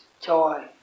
joy